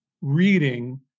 reading